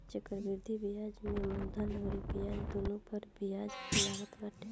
चक्रवृद्धि बियाज में मूलधन अउरी ब्याज दूनो पअ बियाज लागत बाटे